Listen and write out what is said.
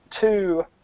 two